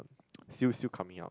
still still coming up